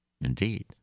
Indeed